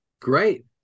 Great